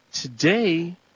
today